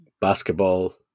basketball